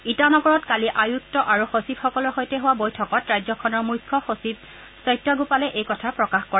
ইটানগৰত কালি আয়ুক্ত আৰু সচিবসকলৰ সৈতে হোৱা বৈঠকত ৰাজ্যখনৰ মুখ্য সচিব সত্য গোপালে এই কথা প্ৰকাশ কৰে